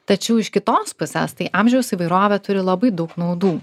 tačiau iš kitos pusės tai amžiaus įvairovė turi labai daug naudų